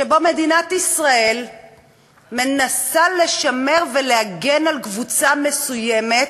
שבו מדינת ישראל מנסה לשמר ולהגן על קבוצה מסוימת,